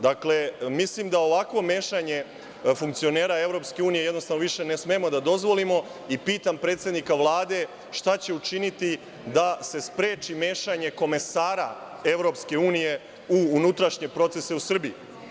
Dakle, mislim da ovakvo mešanje funkcionera EU jednostavno više ne smemo da dozvolimo i pitam predsednika Vlade - šta će učiniti da se spreči mešenje komesara EU u unutrašnje procese u Srbiji?